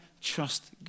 trust